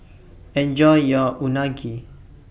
Enjoy your Unagi